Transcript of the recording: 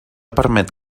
permet